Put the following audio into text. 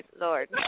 Lord